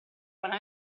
buona